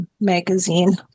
Magazine